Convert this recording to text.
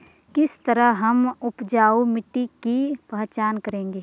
किस तरह हम उपजाऊ मिट्टी की पहचान करेंगे?